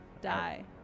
Die